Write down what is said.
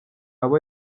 abo